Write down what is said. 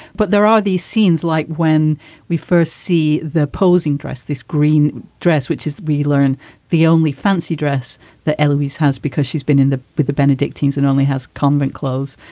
but there are these scenes like when we first see the posing dress, this green dress, which is we learn the only fancy dress that elvis has. because she's been in the with the benedictines and only has convent clothes.